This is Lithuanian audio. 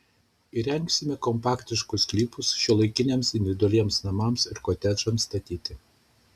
įrengsime kompaktiškus sklypus šiuolaikiniams individualiems namams ir kotedžams statyti